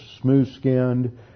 smooth-skinned